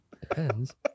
Depends